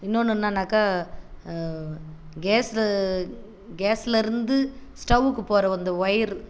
இன்னொன்று என்னன்னாக்கா கேஸில் கேஸ்லருந்து ஸ்டவ்வுக்கு போகற அந்த ஒயரு